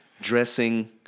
dressing